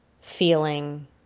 feeling